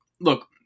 look